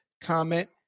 comment